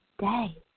day